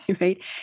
right